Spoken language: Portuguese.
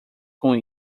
com